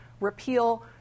repeal